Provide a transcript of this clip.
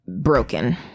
broken